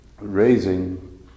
raising